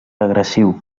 agressiu